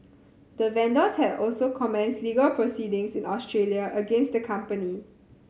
the vendors have also commenced legal proceedings in Australia against the company